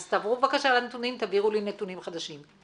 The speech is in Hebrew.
תעבירו לי נתונים חדשים,